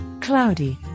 Cloudy